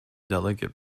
delicate